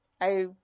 I-